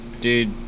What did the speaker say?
dude